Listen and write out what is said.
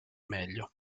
meglio